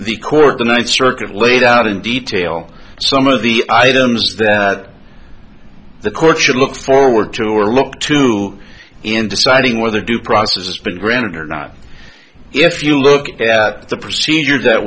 the court the ninth circuit laid out in detail some of the items that the court should look forward to or look to in deciding whether due process has been granted or not if you look at the procedure that